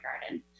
garden